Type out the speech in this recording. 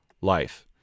life